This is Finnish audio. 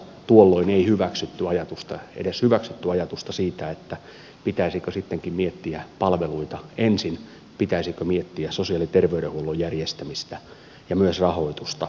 tuolloin ei edes hyväksytty ajatusta siitä pitäisikö sittenkin miettiä palveluita ensin pitäisikö miettiä sosiaali ja terveydenhuollon järjestämistä ja myös rahoitusta ensin